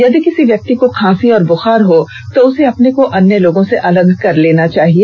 यदि किसी व्यक्ति को खांसी और बूखार हो तो उसे अपने को अन्य लोगों से अलग कर लेना चाहिए